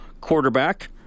quarterback